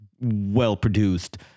well-produced